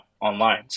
online